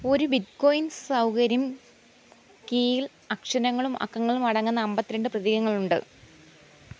ഒരു ബിറ്റ്കോയിൻ സൗകര്യം കീയിൽ അക്ഷരങ്ങളും അക്കങ്ങളും അടങ്ങുന്ന അൻപത്തി രണ്ട് പ്രതീകങ്ങളുണ്ട്